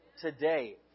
today